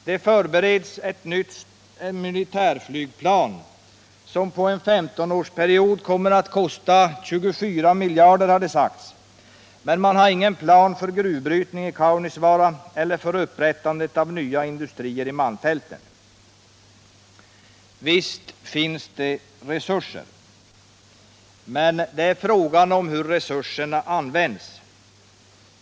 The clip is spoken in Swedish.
Det förbereds ett nytt militärflygplan som, har det sagts, under en 15-årsperiod kommer att kosta 24 miljarder kronor, men man har ingen plan för gruvbrytning i Kaunisvaara eller för upprättandet av nya industrier i malmfälten. Visst finns det resurser, men det är fråga om hur de används.